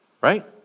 right